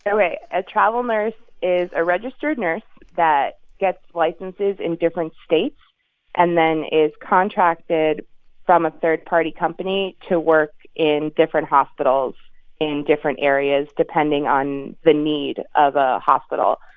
so a a travel nurse is a registered nurse that gets licenses in different states and then is contracted from a third-party company to work in different hospitals in different areas depending on the need of a hospital.